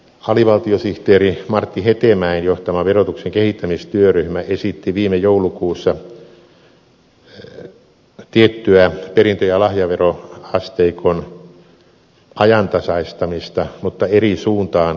alivaltiosihteeri martti hetemäen johtama verotuksen kehittämistyöryhmä esitti viime joulukuussa tiettyä perintö ja lahjaveroasteikon ajantasaistamista mutta eri suuntaan kuin hallitus nyt